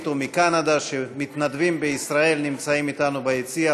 ומקנדה שמתנדבים בישראל ונמצאים אתנו ביציע.